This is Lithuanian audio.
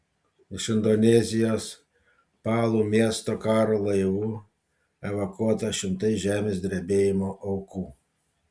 iš indonezijos palu miesto karo laivu evakuota šimtai žemės drebėjimo aukų